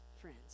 friends